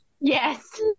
Yes